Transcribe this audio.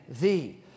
thee